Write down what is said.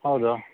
ಹೌದು